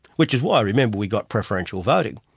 which is why i remember, we got preferential voting.